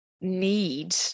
need